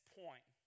point